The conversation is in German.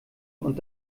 und